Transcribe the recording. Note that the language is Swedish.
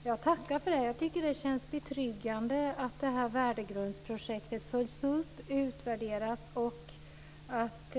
Herr talman! Jag tackar för det. Jag tycker att det känns betryggande att värdegrundsprojektet följs upp och utvärderas och att